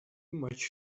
much